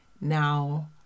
Now